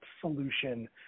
solution